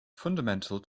fundamental